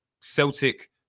Celtic